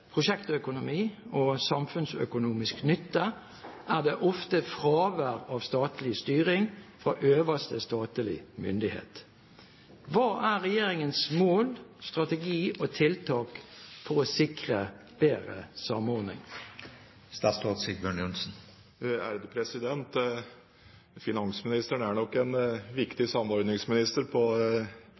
prosjektøkonomi og samfunnsøkonomisk nytte, er det ofte fravær av statlig styring fra øverste statlig myndighet. Hva er regjeringens mål, strategi og tiltak for å sikre bedre samordning?» Finansministeren er nok en viktig samordningsminister på